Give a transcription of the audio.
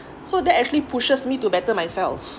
so that actually pushes me to better myself